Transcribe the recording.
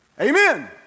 Amen